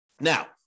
Now